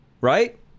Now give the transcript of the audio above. right